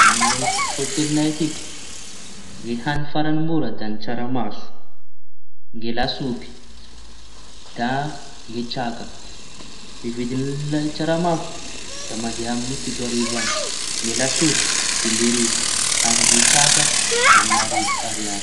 No amiñay atiky ny hañy farañy mora da ny tsaramaso, ny lasopy da ny traka. Ny vidiñy i tsaramaso da mandea amy fito arivo añy. Ny lasopy dimy arivo, ny traka eña arivo ariary.